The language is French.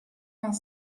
vingt